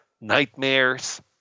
nightmares